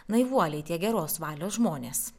naivuoliai tie geros valios žmonės